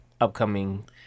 upcoming